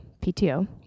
PTO